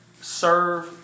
serve